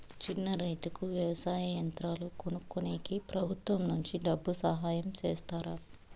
చిన్న రైతుకు వ్యవసాయ యంత్రాలు కొనుక్కునేకి ప్రభుత్వం నుంచి డబ్బు సహాయం చేస్తారా?